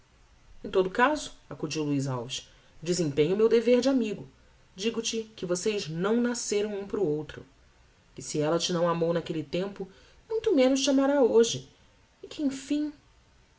em todo o caso acudiu luiz alves desempenho o meu dever de amigo digo-te que vocês não nasceram um para outro que se ella te não amou naquelle tempo muito menos te amará hoje e que emfim